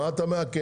מה אתה מעקם?